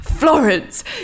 Florence